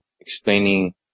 explaining